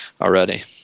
already